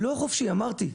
לא חופשי, אמרתי.